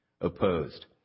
opposed